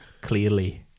Clearly